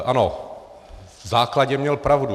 Ano, v základě měl pravdu.